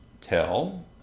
tell